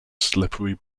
slippery